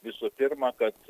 visų pirma kad